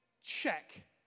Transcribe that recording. check